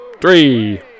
three